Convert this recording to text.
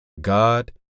God